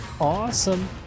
Awesome